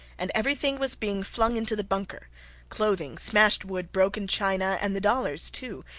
and everything was being flung into the bunker clothing, smashed wood, broken china, and the dollars, too,